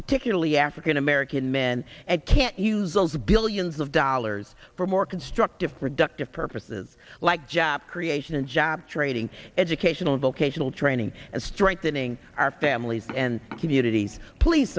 particularly african american men and can't use those billions of dollars for more constructive productive purposes like job creation and job training educational vocational training and strengthening our families and communities please